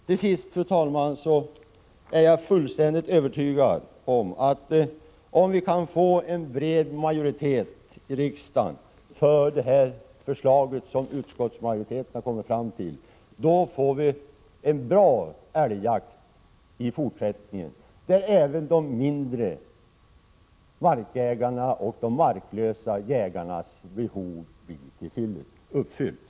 Till sist, fru talman, är jag fullständigt övertygad om att om vi kan få en majoritet i riksdagen för det förslag som utskottsmajoriteten har kommit fram till, då får vi en bra älgjakt i fortsättningen, där även de mindre markägarnas och de marklösa jägarnas behov blir tillgodosedda.